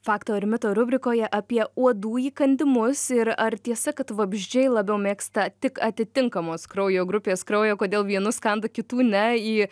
fakto ir mito rubrikoje apie uodų įkandimus ir ar tiesa kad vabzdžiai labiau mėgsta tik atitinkamos kraujo grupės kraują kodėl vienus kanda kitų ne į